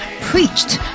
preached